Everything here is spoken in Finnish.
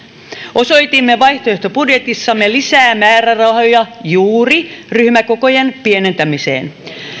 osoitimme vaihtoehtobudjetissamme lisää määrärahoja juuri ryhmäkokojen pienentämiseen